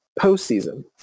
postseason